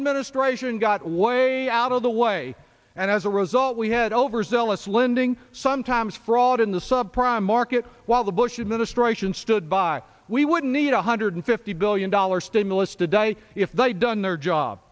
administration got way out of the way and as a result we had overzealous lending sometimes fraud in the subprime market while the bush administration stood by we would need one hundred fifty billion dollars stimulus to die if they'd done their job